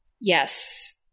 Yes